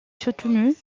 soutenu